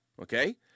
okay